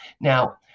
now